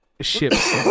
ships